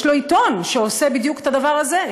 יש לו עיתון שעושה בדיוק את הדבר הזה,